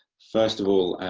first of all,